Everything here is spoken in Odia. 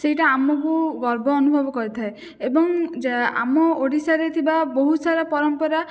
ସେହିଟା ଆମକୁ ଗର୍ବ ଅନୁଭବ କରିଥାଏ ଏବଂ ଯା ଆମ ଓଡ଼ିଶାରେ ଥିବା ବହୁତ ସାରା ପରମ୍ପରା